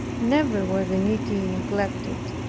never were the needy neglected.